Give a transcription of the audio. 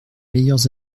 meilleurs